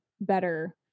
better